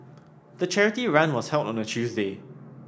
the charity run was held on a Tuesday